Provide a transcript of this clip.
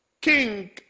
King